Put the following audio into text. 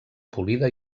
polida